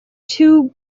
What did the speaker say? two